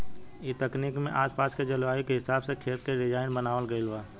ए तकनीक में आस पास के जलवायु के हिसाब से खेत के डिज़ाइन बनावल गइल बा